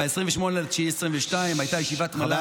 ב-28 בספטמבר 2022 הייתה ישיבת מל"ג,